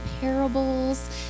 parables